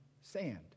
sand